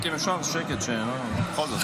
אם אפשר שקט, בכל זאת.